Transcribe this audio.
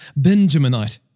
Benjaminite